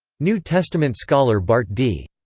new testament scholar bart d.